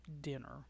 dinner